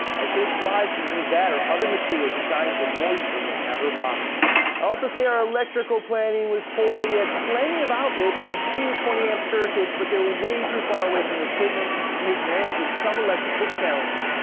i'd say it's wise to use that or other material designed for moisture whenever possible. i also say our electrical planning was poor. we had plenty of outlets and two twenty amp circuits but they were way too far away from the equipment. it made managing managing some electrical challenging.